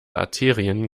arterien